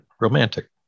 romantic